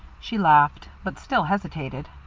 she laughed, but still hesitated.